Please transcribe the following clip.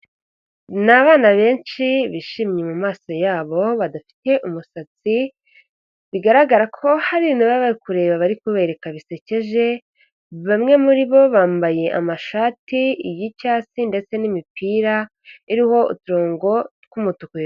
Ni abana benshi bishimye mu maso yabo badafite umusatsi, bigaragara ko hari ibintu bari bari kureba bari kubereka bisekeje, bamwe muri bo bambaye amashati y'icyatsi ndetse n'imipira iriho uturongo tw'umutuku.